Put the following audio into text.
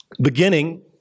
Beginning